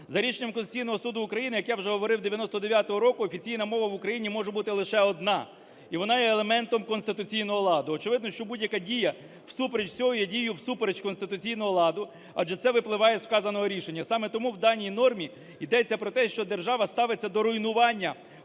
За рішенням Конституційного Суду України, як я вже говорив, 99-го року офіційна мова в Україні може бути лише одна, і вона є елементом конституційного ладу. Очевидно, що будь-яка дія всупереч цього є дією всупереч конституційного ладу, адже це випливає з вказаного рішення. Саме тому в даній нормі йдеться про те, що держава ставиться до руйнування